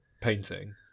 painting